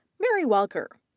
mary welker,